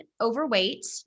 overweight